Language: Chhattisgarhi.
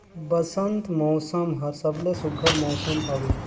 बंसत मउसम हर सबले सुग्घर मउसम हवे